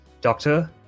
Doctor